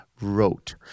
wrote